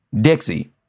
Dixie